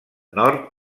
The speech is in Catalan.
nord